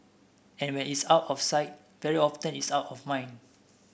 and when it's out of sight very often it's out of mind